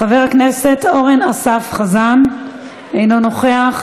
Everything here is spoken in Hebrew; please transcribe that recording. חבר הכנסת אורן אסף חזן, אינו נוכח.